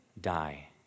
die